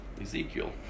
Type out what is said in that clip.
Ezekiel